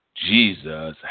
Jesus